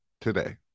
today